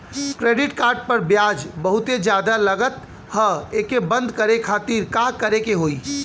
Credit card पर ब्याज बहुते ज्यादा लगत ह एके बंद करे खातिर का करे के होई?